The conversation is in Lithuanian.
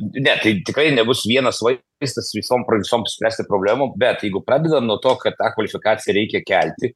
ne tai tikrai nebus vienas vai stas visom pro visom spręsti problemom bet jeigu pradedam nuo to kad tą kvalifikaciją reikia kelti